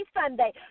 Sunday